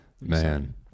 man